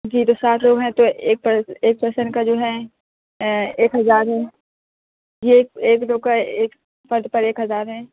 جی تو سات لوگ ہیں تو ایک ایک پرسن کا جو ہیں ایک ہزار ہے یہ ایک ایک دو کا ایک فرد پر ایک ہزار ہیں